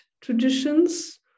traditions